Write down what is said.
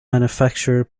manufacturer